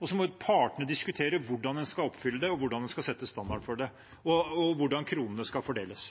og så må partene diskutere hvordan en skal oppfylle det, hvordan en skal sette standarden for det, og hvordan kronene skal fordeles.